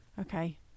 okay